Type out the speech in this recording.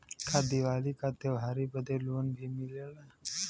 का दिवाली का त्योहारी बदे भी लोन मिलेला?